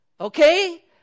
Okay